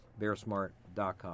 Bearsmart.com